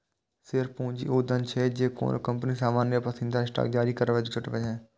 share पूंजी ऊ धन छियै, जे कोनो कंपनी सामान्य या पसंदीदा स्टॉक जारी करैके जुटबै छै